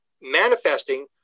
manifesting